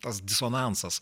tas disonansas